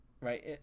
right